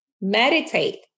meditate